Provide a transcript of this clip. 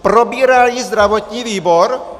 Probíral ji zdravotní výbor?